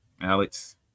Alex